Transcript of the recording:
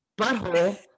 butthole